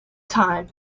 time